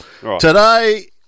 today